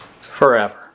forever